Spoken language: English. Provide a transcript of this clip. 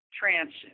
transit